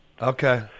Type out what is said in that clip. Okay